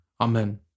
Amen